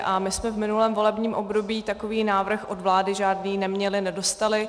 A my jsme v minulém volebním období takový návrh od vlády žádný neměli, nedostali.